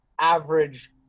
average